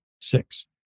six